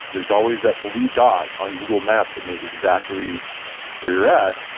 there's always that blue dot on google maps that knows exactly where you're at.